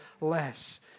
less